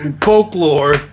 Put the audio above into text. folklore